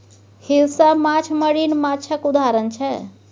हिलसा माछ मरीन माछक उदाहरण छै